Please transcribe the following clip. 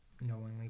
knowingly